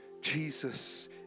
Jesus